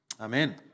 Amen